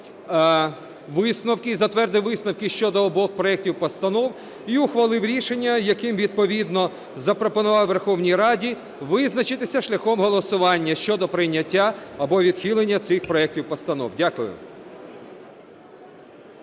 висновки і затвердив висновки щодо обох проектів постанов і ухвалив рішення, яким відповідно запропонував Верховній Раді визначитися шляхом голосування щодо прийняття або відхилення цих проектів постанов. Дякую.